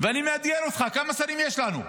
ואני מאתגר אותך: כמה שרים יש לנו?